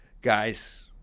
guys